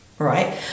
right